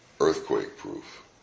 earthquake-proof